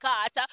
God